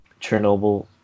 Chernobyl